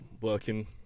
working